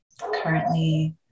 currently